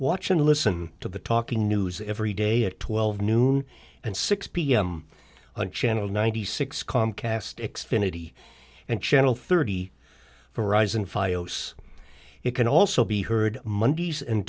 watch and listen to the talking news every day at twelve noon and six pm on channel ninety six comcast x finity and channel thirty for it can also be heard mondays and